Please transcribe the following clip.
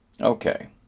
Okay